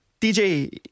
DJ